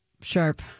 Sharp